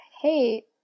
hey